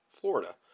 Florida